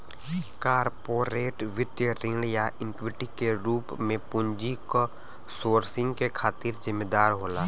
corporate वित्त ऋण या इक्विटी के रूप में पूंजी क सोर्सिंग के खातिर जिम्मेदार होला